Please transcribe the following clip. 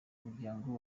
muryango